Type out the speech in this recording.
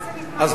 אז לא הספקת,